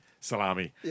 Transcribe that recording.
salami